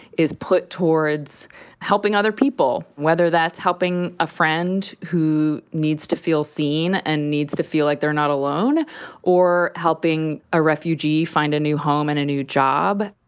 is put towards helping other people. whether that's helping a friend who needs to feel seen and needs to feel like they're not alone or helping a refugee find a new home and a new job,